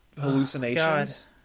Hallucinations